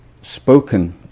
spoken